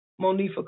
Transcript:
Monifa